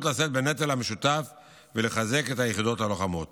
לשאת בנטל המשותף ולחזק את היחידות הלוחמות.